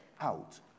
out